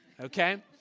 Okay